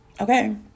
Okay